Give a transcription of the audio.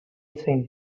singh